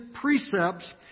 precepts